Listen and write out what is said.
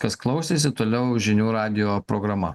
kas klausėsi toliau žinių radijo programa